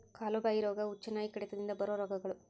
ಕಾಲು ಬಾಯಿ ರೋಗಾ, ಹುಚ್ಚುನಾಯಿ ಕಡಿತದಿಂದ ಬರು ರೋಗಗಳು